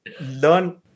learn